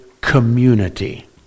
community